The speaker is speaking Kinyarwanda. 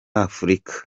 afurika